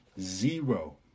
zero